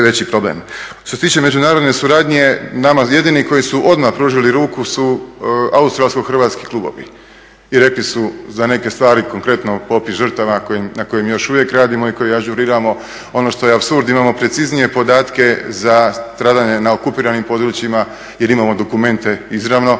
veći problem. Što se tiče međunarodne suradnje, nama jedini koji su odmah pružili ruku su australsko-hrvatski klubovi i rekli su za neke stvari konkretno popis žrtava na kojem još uvijek radimo i koji ažuriramo. Ono što je apsurd imamo preciznije podatke za stradanje na okupiranim područjima jer imamo dokumente izravno